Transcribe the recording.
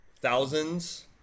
thousands